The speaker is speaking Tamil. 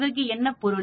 அதற்கு என்ன பொருள்